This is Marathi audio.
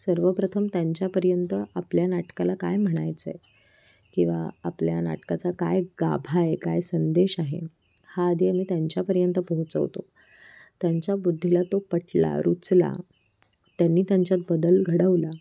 सर्वप्रथम त्यांच्यापर्यंत आपल्या नाटकाला काय म्हणायचं आहे किंवा आपल्या नाटकाचा काय गाभा आहे काय संदेश आहे हा आधी आम्ही त्यांच्यापर्यंत पोहोचवतो त्यांच्या बुद्धीला तो पटला रुचला त्यांनी त्यांच्यात बदल घडवला